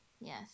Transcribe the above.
Yes